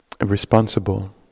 responsible